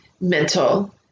mental